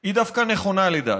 היא דווקא נכונה, לדעתי.